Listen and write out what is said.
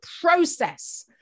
process